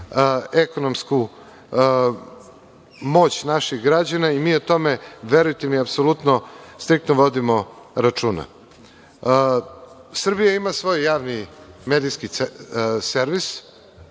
ekonomsku moć naših građana i mi o tome, verujte mi, apsolutno striktno vodimo računa. Srbija ima svoj javni medijski servis.